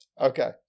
Okay